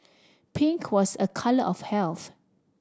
pink was a colour of health